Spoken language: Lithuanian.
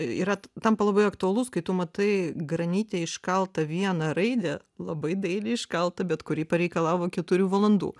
yra tampa labai aktualus kai tu matai granite iškaltą vieną raidę labai dailiai iškaltą bet kuri pareikalavo keturių valandų